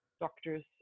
doctors